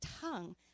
tongue